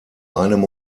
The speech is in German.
einem